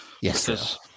Yes